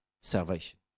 salvation